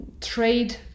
trade